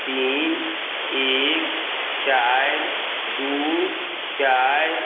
तीन एक चारि दुइ चारि